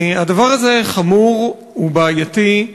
הדבר הזה חמור ובעייתי.